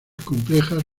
complejas